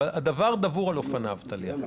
אבל דבר דבור על אופניו, טליה.